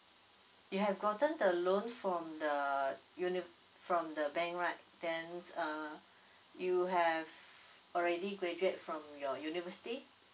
you have gotten alone for the univ~ from the bank right then uh you have already graduate from your university